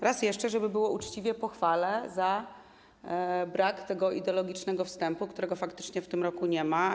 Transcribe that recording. Raz jeszcze, żeby było uczciwie, pochwalę za brak ideologicznego wstępu, którego faktycznie w tym roku nie ma.